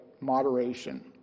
moderation